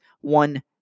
One